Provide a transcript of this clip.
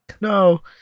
No